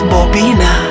Bobina